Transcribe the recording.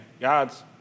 God's